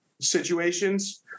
situations